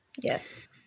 Yes